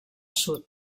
sud